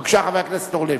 בבקשה, חבר הכנסת אורלב.